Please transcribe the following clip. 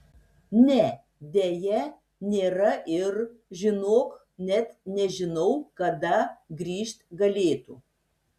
ne deja nėra ir žinok net nežinau kada grįžt galėtų